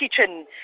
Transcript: kitchen